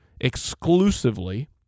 exclusively